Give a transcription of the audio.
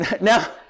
Now